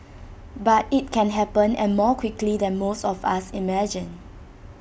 but IT can happen and more quickly than most of us imagine